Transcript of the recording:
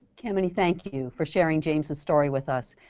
kamini, thank you for sharing james' story with us.